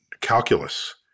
calculus